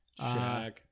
Shaq